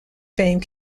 fame